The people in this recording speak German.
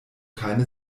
keine